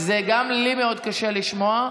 מה זה להשמיץ קרוב משפחה?